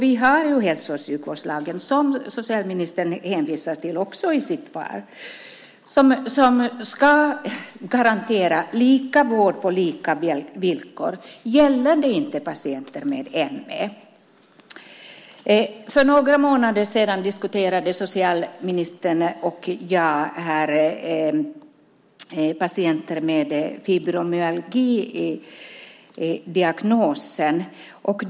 Vi har ju hälso och sjukvårdslagen, som socialministern också hänvisar till i sitt svar, som ska garantera lika vård på lika villkor. Gäller det inte patienter med ME? För några månader sedan diskuterade socialministern och jag patienter med fibromyalgidiagnos.